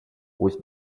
with